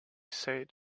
said